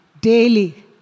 daily